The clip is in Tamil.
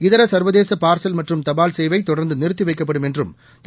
இதர சர்வதேச பார்சல் மற்றும் தபால் சேவை தொடர்ந்து நிறுத்தி வைக்கப்படும் என்று திரு